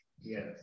Yes